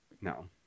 no